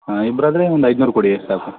ಹಾಂ ಇಬ್ರು ಆದರೆ ಒಂದು ಐದ್ನೂರು ಕೊಡಿ ಸಾಕು